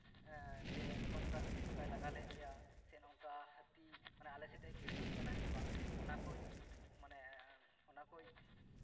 ᱮᱸᱜ ᱡᱮ ᱱᱚᱝᱠᱟ ᱱᱚᱝᱠᱟ ᱦᱟᱹᱛᱤ ᱱᱚᱝᱠᱟᱭ ᱞᱟᱜᱟ ᱞᱮᱫ ᱞᱮᱭᱟ ᱥᱮ ᱱᱚᱝᱠᱟ ᱦᱟᱹᱛᱤ ᱢᱟᱱᱮ ᱟᱞᱮ ᱥᱟᱶᱛᱮ ᱠᱷᱤᱞᱰᱩᱜ ᱠᱟᱱᱟᱭ ᱥᱮ ᱵᱟᱝ ᱚᱱᱟ ᱠᱩᱧ ᱢᱟᱱᱮ ᱚᱱᱟ ᱠᱚ